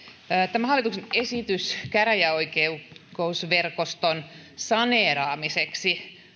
tämä hallituksen esitys käräjäoikeusverkoston saneeraamiseksi